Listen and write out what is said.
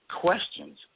questions